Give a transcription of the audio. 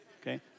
Okay